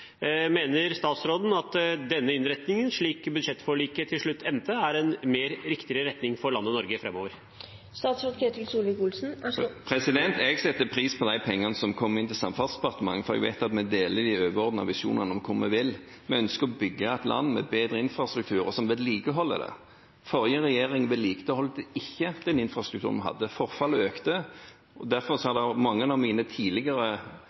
Mener statsråden at denne innretningen, slik budsjettforliket til slutt endte, er i en mer riktig retning for landet Norge framover? Jeg setter pris på de pengene som kommer inn til Samferdselsdepartementet, for jeg vet at vi deler de overordnede visjonene om hvor vi vil. Vi ønsker å bygge et land med bedre infrastruktur og vedlikeholde den. Forrige regjering vedlikeholdt ikke den infrastrukturen vi hadde. Forfallet økte. Derfor har mange av mine